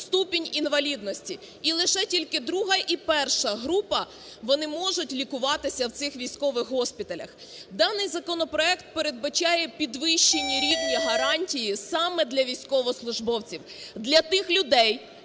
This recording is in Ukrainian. ступінь інвалідності, і лише тільки ІІ і І група - вони можуть лікуватися в цих військових госпіталях. Даний законопроект передбачає підвищення рівня гарантій саме для військовослужбовців, для тих людей,